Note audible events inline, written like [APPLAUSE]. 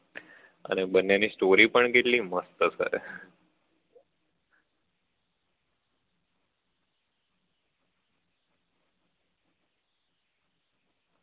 અને બંનેની સ્ટોરી પણ કેટલી મસ્ત [UNINTELLIGIBLE]